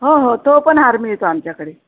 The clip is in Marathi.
हो हो तो पण हार मिळतो आमच्याकडे